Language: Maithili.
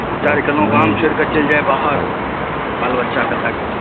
विचार कएलहुॅं गाम छोड़ि कए चलि जाऊ बाहर बाल बच्चा केँ लए कए